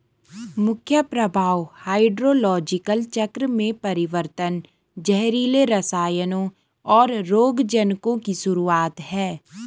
मुख्य प्रभाव हाइड्रोलॉजिकल चक्र में परिवर्तन, जहरीले रसायनों, और रोगजनकों की शुरूआत हैं